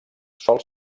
sol